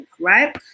Right